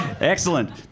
Excellent